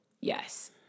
Yes